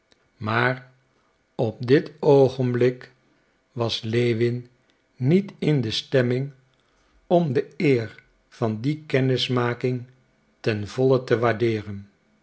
maar op dit oogenblik was lewin niet in de stemming om de eer van die kennismaking ten volle te waardeeren